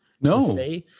No